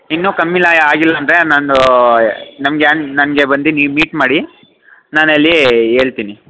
ಇನ್ನು ಕಮ್ಮಿಲೈ ಆಗಿಲ್ಲ ಅಂದರೆ ನಾನೂ ನಮ್ಗೇನ್ ನಮಗೆ ಬಂದು ನೀವು ಮೀಟ್ ಮಾಡಿ ನಾನೆಲ್ಲೀ ಹೇಳ್ತಿನಿ